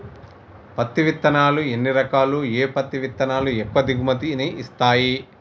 పత్తి విత్తనాలు ఎన్ని రకాలు, ఏ పత్తి విత్తనాలు ఎక్కువ దిగుమతి ని ఇస్తాయి?